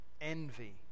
envy